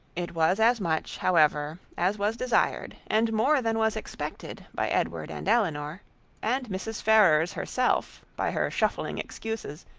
it was as much, however, as was desired, and more than was expected, by edward and elinor and mrs. ferrars herself, by her shuffling excuses,